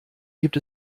gibt